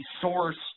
source